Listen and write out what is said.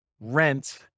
rent